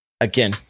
again